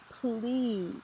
please